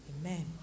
Amen